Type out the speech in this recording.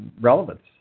Relevance